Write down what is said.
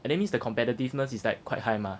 and then means the competitiveness is like quite high mah